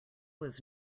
was